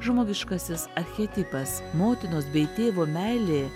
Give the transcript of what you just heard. žmogiškasis archetipas motinos bei tėvo meilė